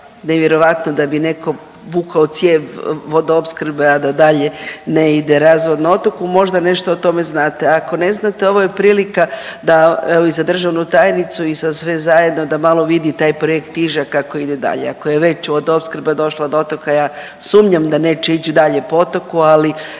dosta nevjerojatno da bi neko vukao cijev vodoopskrbe, a da dalje ne ide razvod na otoku, možda nešto o tome znate, ako ne znate ovo je prilika da, evo i za državnu tajnicu i za sve zajedno da malo vidi taj projekt Iž-a kako ide dalje. Ako je već vodoopskrba došla do otoka ja sumnjam da neće ić dalje po otoku, ali